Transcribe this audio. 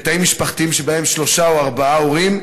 בתאים משפחתיים שבהם שלושה או ארבעה הורים,